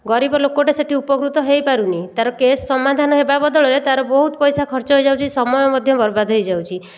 ଗରିବ ଲୋକଟା ସେଇଠି ଉପକୃତ ହୋଇପାରୁନି ତାର କେସ୍ ସମାଧାନ ହେବା ବଦଳରେ ତାର ବହୁତ ପଇସା ଖର୍ଚ୍ଚ ହୋଇଯାଉଛି ସମୟ ମଧ୍ୟ ବର୍ବାଦ ହୋଇଯାଉଛି